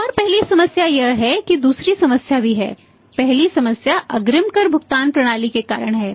एक और पहली समस्या यह है कि दूसरी समस्या भी है पहली समस्या अग्रिम कर भुगतान प्रणाली के कारण है